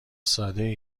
سادهای